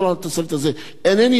אינני יודע מה מעכב.